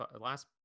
last